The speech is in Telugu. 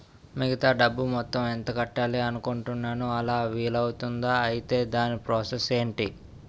మిగతా డబ్బు మొత్తం ఎంత కట్టాలి అనుకుంటున్నాను అలా వీలు అవ్తుంధా? ఐటీ దాని ప్రాసెస్ ఎంటి?